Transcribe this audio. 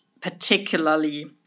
particularly